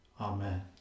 Amen